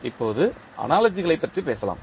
இப்போது அனாலஜிகளைப் பற்றி பேசலாம்